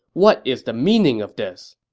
what is the meaning of this!